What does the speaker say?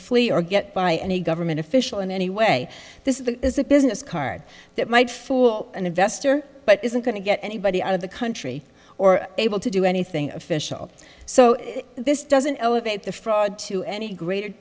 flee or get by any government official in any way this is a business card that might fool an investor but isn't going to get anybody out of the country or able to do anything official so this doesn't elevate the fraud to any greater